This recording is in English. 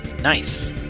Nice